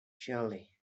surely